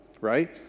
right